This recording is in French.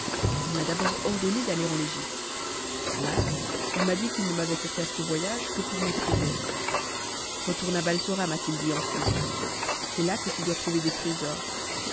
il m'a d'abord ordonné d'aller en egypte là il m'a dit qu'il ne m'avait fait faire ce voyage que pour m'éprouver retourne à batsora ma t it dit ensuite c'est là que tu dois trouver des trésors